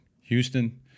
Houston